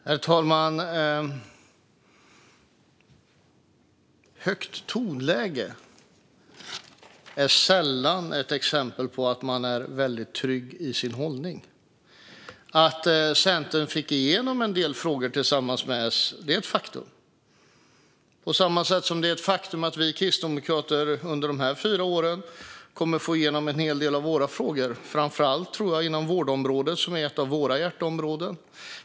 Herr talman! Högt tonläge är sällan ett exempel på att man är trygg i sin hållning. Att Centern fick igenom en del frågor tillsammans med S är ett faktum. På samma sätt som att det är ett faktum att vi kristdemokrater under dessa fyra år kommer att få igenom en hel del av våra frågor, framför allt inom vårdområdet, som är ett av våra hjärteområden.